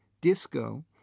disco